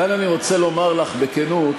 כאן אני רוצה לומר לך בכנות,